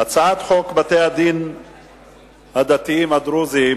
הצעת חוק בתי-הדין הדתיים הדרוזיים